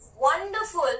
wonderful